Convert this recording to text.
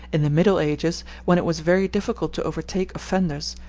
in the middle ages, when it was very difficult to overtake offenders,